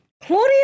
Claudia